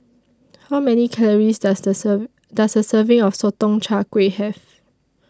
How Many Calories Does A serve Does A Serving of Sotong Char Kway Have